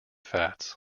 fats